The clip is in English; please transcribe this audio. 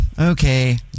Okay